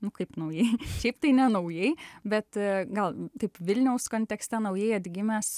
nu kaip naujai šiaip tai nenaujai bet gal taip vilniaus kontekste naujai atgimęs